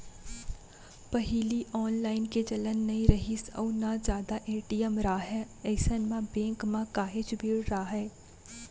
पहिली ऑनलाईन के चलन नइ रिहिस अउ ना जादा ए.टी.एम राहय अइसन म बेंक म काहेच भीड़ राहय